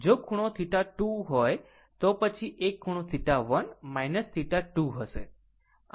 જો ખૂણો θ2 હોય તો પછી આ એક ખૂણો θ1 θ2 હશે